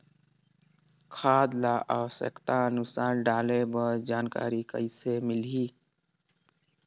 खाद ल आवश्यकता अनुसार डाले बर जानकारी कइसे मिलही?